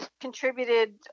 contributed